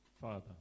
Father